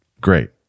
great